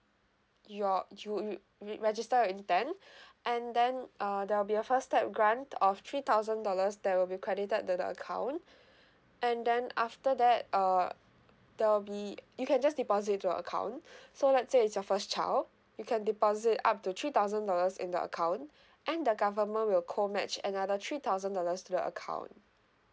your you you you register your intend and then uh there will be a first time grant of three thousand dollars that will be credited to the account and then after that uh there'll be you can just deposit to the account so let say it's your first child you can deposit up to three thousand dollars in the account and the government will co match another three thousand dollars to the account